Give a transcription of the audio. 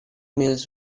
mills